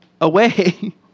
away